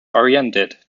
oriented